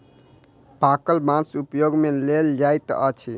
पाकल बाँस उपयोग मे लेल जाइत अछि